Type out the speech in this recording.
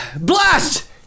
blast